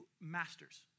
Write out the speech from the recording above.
masters